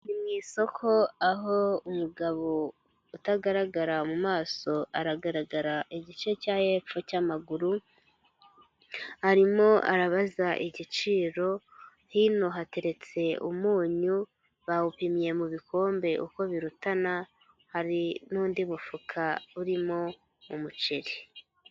Isoko aho umugabo utagaragara mu maso aragaragara igice cya'epfo cy'amaguru, arimo arabaza igiciro, hino hateretse umunyu, bawupimye mu bikombe uko birutana, hari n'undi mufuka urimo umuceri.